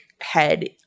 head